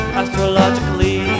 astrologically